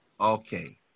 Okay